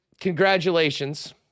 congratulations